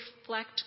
reflect